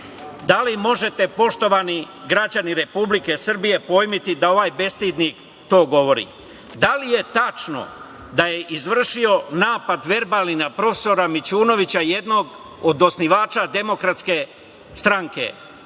Da li možete, poštovani građani Republike Srbije, pojmiti da ovaj bestidnik to govori? Da li je tačno da je izvršio verbalni napad na profesora Mićunovića, jednog od osnivača Demokratske stranke?